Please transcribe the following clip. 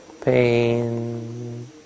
pain